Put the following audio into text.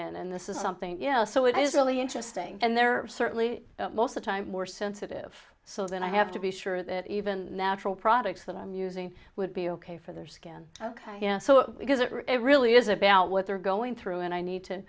in and this is something else so it is really interesting and there are certainly most the time more sensitive so than i have to be sure that even natural products that i'm using would be ok for their skin ok so because it really is about what they're going through and i need to